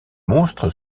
monstres